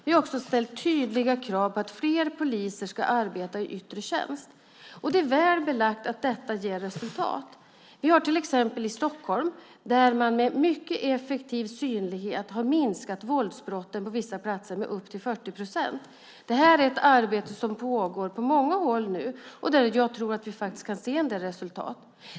Vi har också ställt tydliga krav på att fler poliser ska arbeta i yttre tjänst, och det är väl belagt att detta ger resultat. Till exempel i Stockholm har man med mycket effektiv synlighet minskat våldsbrotten på vissa platser med upp till 40 procent. Det här är ett arbete som nu pågår på många håll, och där tror jag att vi faktiskt kan se en del resultat.